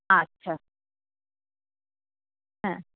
আচ্ছা হ্যাঁ